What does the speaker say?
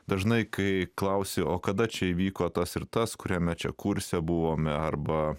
dažnai kai klausiu o kada čia įvyko tas ir tas kuriame čia kurse buvome arba